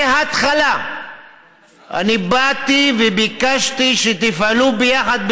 מההתחלה אני באתי וביקשתי שתפעלו ביחד,